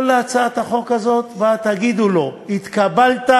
כל הצעת החוק הזו באה כדי שתגידו לו: התקבלת,